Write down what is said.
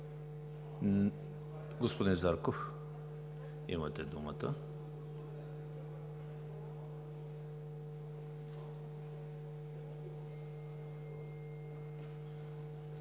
Господин Зарков, имате думата.